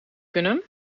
kunnen